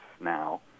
now